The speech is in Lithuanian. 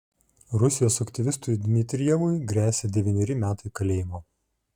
rusijos aktyvistui dmitrijevui gresia devyneri metai kalėjimo